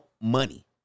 money